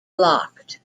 blocked